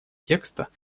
текста